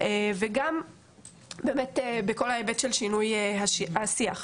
וגם בכל ההיבט של שינוי השיח.